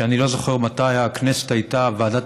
שאני לא זוכר מתי בכנסת הייתה ועדת